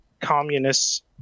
communists